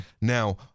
now